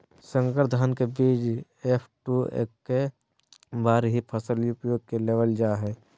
संकर धान के बीज एफ.टू एक्के बार ही फसल उपयोग में लेवल जा हइ